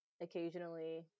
occasionally